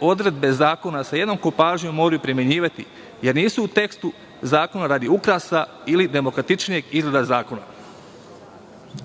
odredbe zakona sa jednakom pažnjom moraju primenjivati jer nisu u tekstu zakona radi ukrasa ili demokratičnijeg izgleda zakona.U